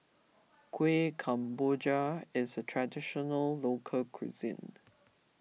Kuih Kemboja is a Traditional Local Cuisine